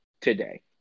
today